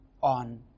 on